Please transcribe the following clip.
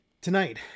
tonight